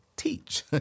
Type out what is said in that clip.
teach